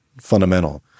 fundamental